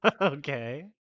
Okay